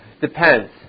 Depends